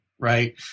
Right